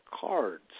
cards